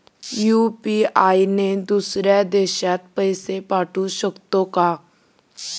UPI ने दुसऱ्या देशात पैसे पाठवू शकतो का?